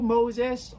Moses